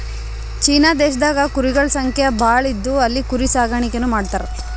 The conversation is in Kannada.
ಚೀನಾ ದೇಶದಾಗ್ ಕುರಿಗೊಳ್ ಸಂಖ್ಯಾ ಭಾಳ್ ಇದ್ದು ಅಲ್ಲಿ ಕುರಿ ಸಾಕಾಣಿಕೆನೂ ಮಾಡ್ತರ್